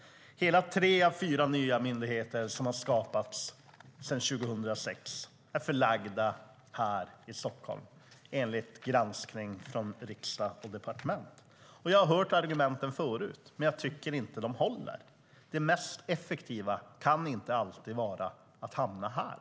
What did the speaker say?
Hela tre av fyra nya myndigheter som har skapats sedan 2006 har förlagts hit till Stockholm enligt granskning från Riksdag & Departement. Jag har hört argumenten förut, men jag tycker inte att de håller. Det mest effektiva kan inte alltid vara att myndigheterna hamnar här.